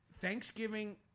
Thanksgiving